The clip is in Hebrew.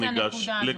"ר